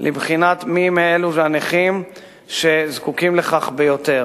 לבחינת מי אלו הנכים שזקוקים לכך ביותר